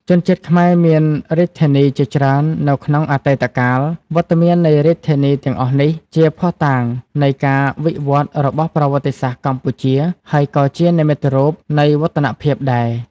ជនជាតិខ្មែរមានរាជធានីជាច្រើននៅក្នុងអតីតកាល វត្តមាននៃរាជធានី ទាំងអស់នេះ ជាភស្តុតាងនៃការវិវឌ្ឍន៍របស់ប្រវត្តិសាស្ត្រកម្ពុជា ហើយក៏ជានិមិត្តរូប នៃវឌ្ឍនភាពដែរ ។